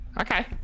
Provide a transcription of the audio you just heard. Okay